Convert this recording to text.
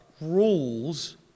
rules